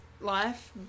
life